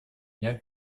дня